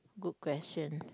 good question